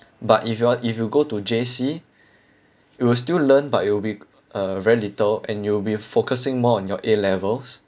but if you want if you go to J_C you'll still learn but it will be uh very little and you'll be focusing more on your A levels